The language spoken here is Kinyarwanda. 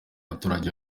abaturage